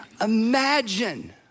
Imagine